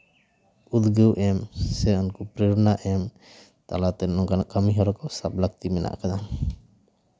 ᱩᱫᱽᱜᱟᱹᱣ ᱮᱢ ᱥᱮ ᱩᱱᱠᱩ ᱯᱨᱮᱨᱚᱱᱟ ᱮᱢ ᱛᱟᱞᱟᱛᱮ ᱱᱚᱝᱠᱟᱱᱟᱜ ᱠᱟᱹᱢᱤᱦᱚᱨᱟ ᱠᱚ ᱥᱟᱵ ᱞᱟᱹᱠᱛᱤ ᱢᱮᱱᱟᱜ ᱟᱠᱟᱫᱟ